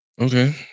Okay